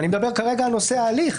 אני מדבר כרגע על נושא ההליך.